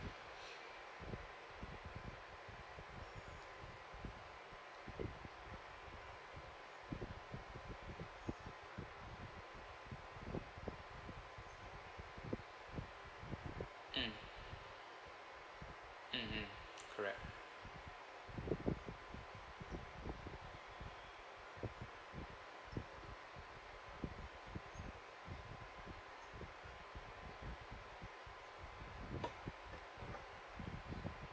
mm mm mm correct